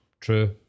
true